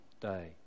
day